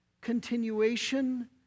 continuation